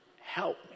Help